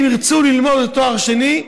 אם ירצו ללמוד לתואר שני,